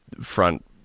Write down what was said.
front